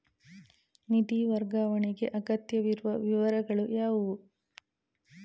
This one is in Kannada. ನಿಧಿ ವರ್ಗಾವಣೆಗೆ ಅಗತ್ಯವಿರುವ ವಿವರಗಳು ಯಾವುವು?